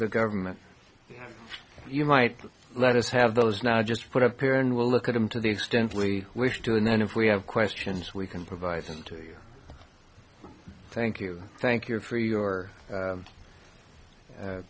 the government you might let us have those now just put up here and we'll look at them to the extent we wish to and then if we have questions we can provide them to thank you thank you for your